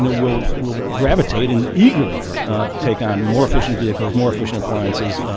know, will will gravitate and eagerly take on more efficient vehicles, more efficient appliances,